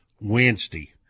Wednesday